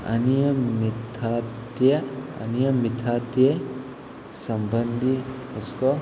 आनी ह्या मिथाच्या आनी ह्या मिथातें संबंदींत हुसको